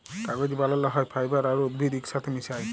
কাগজ বালাল হ্যয় ফাইবার আর উদ্ভিদ ইকসাথে মিশায়